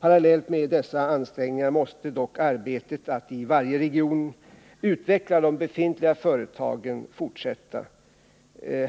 Parallellt med dessa ansträngningar måste dock arbetet att i varje region utveckla de befintliga företagen fortsätta.